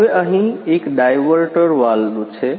હવે અહીં આ એક ડાયવર્ટર વાલ્વ છે